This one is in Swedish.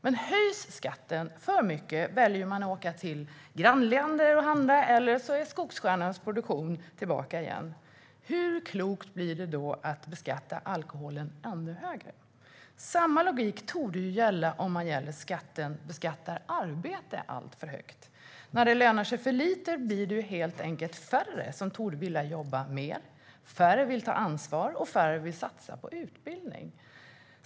Men om skatten höjs för mycket väljer människor att åka till grannländer och handla, eller så är skogsstjärnans produktion tillbaka igen. Hur klokt blir det då att beskatta alkoholen ännu högre? Samma logik torde gälla om man beskattar arbete alltför högt. När det lönar sig för lite blir det helt enkelt färre som vill jobba mer, färre som vill ta ansvar och färre som vill satsa på utbildning.